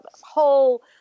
whole